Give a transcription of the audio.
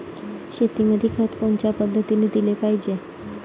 शेतीमंदी खत कोनच्या पद्धतीने देलं पाहिजे?